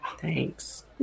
Thanks